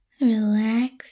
Relax